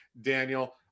daniel